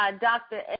dr